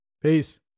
Peace